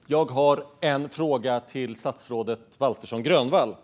Herr talman! Jag har en fråga till statsrådet Waltersson Grönvall.